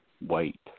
wait